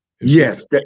yes